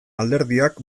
alderdiak